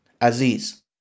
Aziz